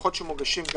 ובדוחות שמוגשים.